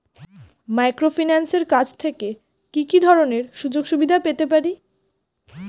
মাইক্রোফিন্যান্সের কাছ থেকে কি কি ধরনের সুযোগসুবিধা পেতে পারি?